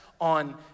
on